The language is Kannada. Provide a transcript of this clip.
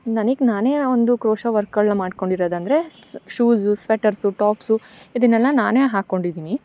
ನನಗ್ ನಾನೇ ಒಂದು ಕೋಶ ವರ್ಕ್ಗಳು ಮಾಡ್ಕೊಂಡು ಇರೋದಂದರೆ ಸ್ ಶೂಝು ಸ್ವೇಟರ್ಸು ಟಾಪ್ಸು ಇದನ್ನೆಲ್ಲಾ ನಾನೇ ಹಾಕೊಂಡಿದಿನಿ